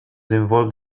involved